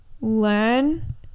Learn